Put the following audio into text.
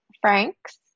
Frank's